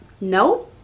No